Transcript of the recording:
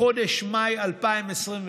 בחודש מאי 2021,